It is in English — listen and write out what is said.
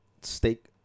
steak